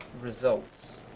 results